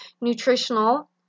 nutritional